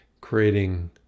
creating